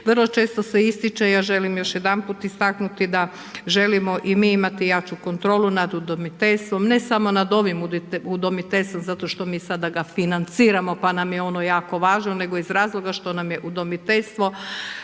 Vrlo često se ističe, ja želim još jedanput istaknuti da želimo i mi imati jaču kontrolu nad udomiteljstvom, ne samo nad ovim udomiteljstvom zato što mi sada ga financiramo pa nam je ono jako važno, nego iz razloga što nam je udomiteljstvo